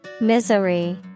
Misery